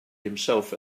himself